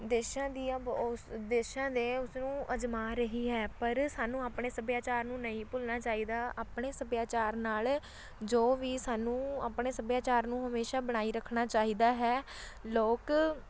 ਦੇਸ਼ਾਂ ਦੀਆਂ ਬ ਸ ਦੇਸ਼ਾਂ ਦੇ ਉਸਨੂੰ ਅਜ਼ਮਾ ਰਹੀ ਹੈ ਪਰ ਸਾਨੂੰ ਆਪਣੇ ਸੱਭਿਆਚਾਰ ਨੂੰ ਨਹੀਂ ਭੁੱਲਣਾ ਚਾਹੀਦਾ ਆਪਣੇ ਸੱਭਿਆਚਾਰ ਨਾਲ ਜੋ ਵੀ ਸਾਨੂੰ ਆਪਣੇ ਸੱਭਿਆਚਾਰ ਨੂੰ ਹਮੇਸ਼ਾ ਬਣਾਈ ਰੱਖਣਾ ਚਾਹੀਦਾ ਹੈ ਲੋਕ